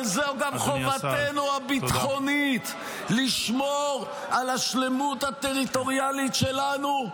אבל זו גם חובתנו הביטחונית לשמור על השלמות הטריטוריאלית שלנו,